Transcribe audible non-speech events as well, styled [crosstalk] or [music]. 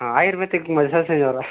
ಹಾಂ ಆಯುರ್ವೇದಿಕ್ ಮಸಾಜ್ [unintelligible] ಅವರಾ